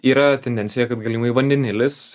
yra tendencija kad galimai vandenilis